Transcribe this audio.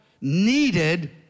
needed